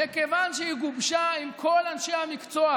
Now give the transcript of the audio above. מכיוון שהיא גובשה עם כל אנשי המקצוע,